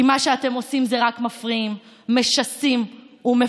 כי מה שאתם עושים זה רק מפריעים, משסים ומפלגים.